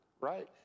Right